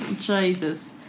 Jesus